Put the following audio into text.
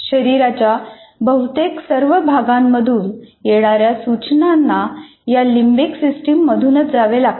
शरीराच्या बहुतेक सर्व भागांमधून येणाऱ्या सूचनांना या लिम्बिक सिस्टममधून जावे लागते